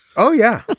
oh yeah.